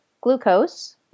glucose